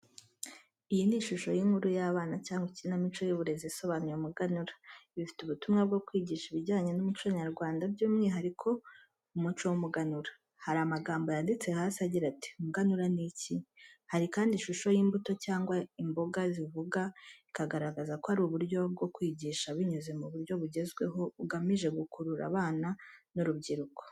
Iyi ni shusho y’inkuru y’abana cyangwa ikinamico y’uburezi isobanuye umuganura, ifite ubutumwa bwo kwigisha ibijyanye n'umuco nyarwanda by'umwihariko umuco w’umuganura. Hari amagambo yanditse hasi agira ati: "Umuganura ni iki?” Hari kandi ishusho y’imbuto cyangwa imboga zivuga, ikigaragaza ko ari uburyo bwo kwigisha binyuze mu buryo bugezweho, bugamije gukurura abana n’urubyiruko.